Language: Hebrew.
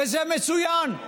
וזה מצוין.